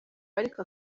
ariko